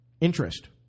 interest